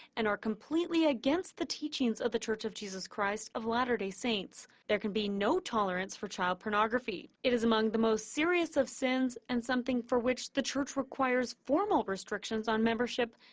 and are completely against the teachings of the church of jesus christ of latter-day saints. there can be no tolerance for child pornography. it is among the most serious of sins, and something for which the church requires formal restrictions on memberhship,